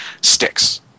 sticks